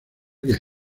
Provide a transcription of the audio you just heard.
que